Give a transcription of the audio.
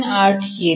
38 येते